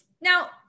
Now